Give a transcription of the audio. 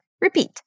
Repeat